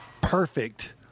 perfect